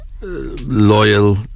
loyal